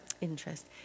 interest